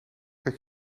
dat